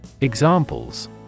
Examples